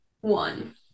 one